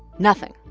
nothing